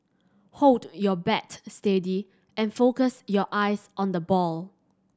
hold your bat steady and focus your eyes on the ball